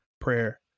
prayer